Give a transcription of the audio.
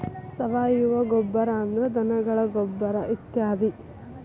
ಸಾವಯುವ ಗೊಬ್ಬರಾ ಅಂದ್ರ ಧನಗಳ ಗೊಬ್ಬರಾ ಇತ್ಯಾದಿ